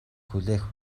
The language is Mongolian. хүлээх